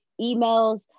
emails